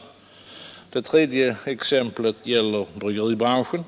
3 maj 1973 Det tredje exemplet gäller bryggeribranschen,